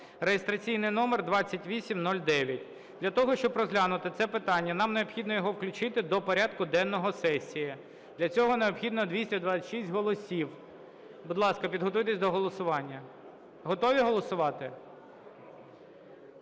(реєстраційний номер 2809). Для того, щоб розглянути це питання, нам необхідно його включити до порядку денного сесії, для цього необхідно 226 голосів. Будь ласка, підготуйтеся до голосування. Готові голосувати?